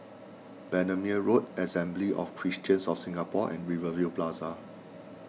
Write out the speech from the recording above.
Bendemeer Road Assembly of Christians of Singapore and Rivervale Plaza